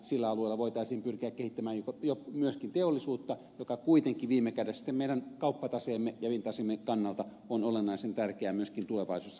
sillä alueella voitaisiin pyrkiä kehittämään myöskin teollisuutta joka kuitenkin viime kädessä sitten meidän kauppataseemme ja elintasomme kannalta on olennaisen tärkeä myöskin tulevaisuudessa koko yhteiskunnalle